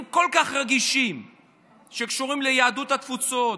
כל כך רגישים שקשורים ליהדות התפוצות,